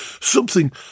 something